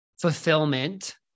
fulfillment